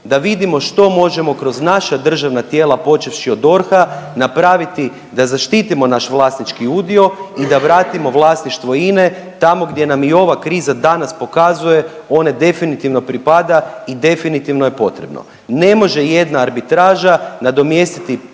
da vidimo što možemo kroz naša državna tijela počevši od DORH-a napraviti da zaštitimo naš vlasnički udio i da vratimo vlasništvo Ine tamo gdje nam i ova kriza danas pokazuje one definitivno pripada i definitivno je potrebno. Ne može jedna arbitraža nadomjestiti